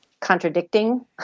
Contradicting